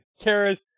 Karis